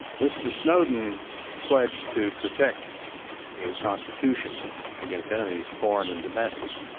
mr. snowden pledged to protect the constitution against enemies foreign and domestic,